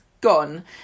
gone